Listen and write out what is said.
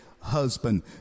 husband